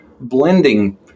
blending